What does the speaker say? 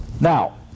Now